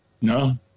No